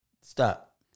stop